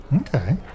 Okay